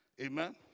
Amen